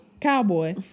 cowboy